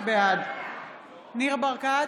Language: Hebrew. בעד ניר ברקת,